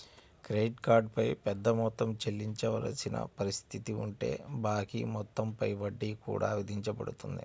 credit card పై పెద్ద మొత్తం చెల్లించవలసిన పరిస్థితి ఉంటే బాకీ మొత్తం పై వడ్డీ కూడా విధించబడుతుంది